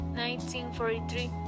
1943